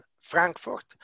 Frankfurt